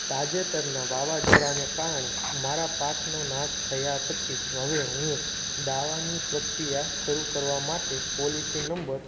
તાજેતરના વાવાઝોડા ને કારણે મારા પાકનો નાશ થયા પછી હવે હું દાવાની પ્રક્રિયા શરૂ કરવા માટે પોલિસી નંબર